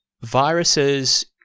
Viruses